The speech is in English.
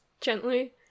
Gently